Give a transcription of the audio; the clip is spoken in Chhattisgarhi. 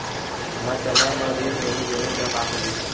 मैं समय म ऋण नहीं देहु त का होही